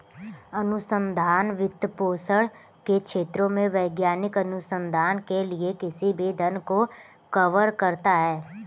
अनुसंधान वित्तपोषण के क्षेत्रों में वैज्ञानिक अनुसंधान के लिए किसी भी धन को कवर करता है